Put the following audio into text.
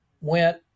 went